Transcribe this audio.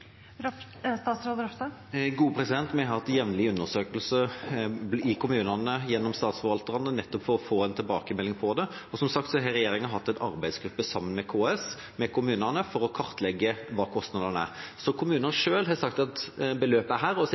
Vi har hatt jevnlige undersøkelser i kommunene gjennom statsforvalterne nettopp for å få en tilbakemelding på dette. Som sagt har regjeringa hatt en arbeidsgruppe sammen med KS – med kommunene – for å kartlegge hva kostnadene er. Kommunene selv har sagt at her er beløpet, og så har regjeringa gått enda høyere og